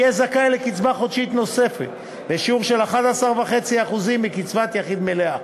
יהיה זכאי לקצבה חודשית נוספת בשיעור של 11.5% מקצבת יחיד מלאה.